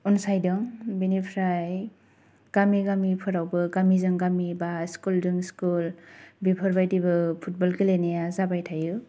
अनसायदों बेनिफ्राय गामि गामि फोरावबो गामिजों गामि बा स्कुल जों स्कुल बेफोरबादिबो फुटबल गेलेनाया जाबाय थायो